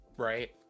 right